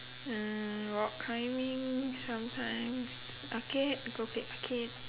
uh rock climbing sometimes arcade go play arcade